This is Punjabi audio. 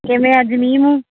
ਕਿਵੇਂ ਅੱਜ ਮੀਂਹ ਮੂਹ